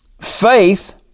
faith